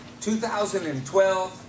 2012